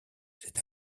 c’est